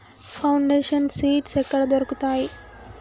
Foundation seeds ఎక్కడ దొరుకుతాయి?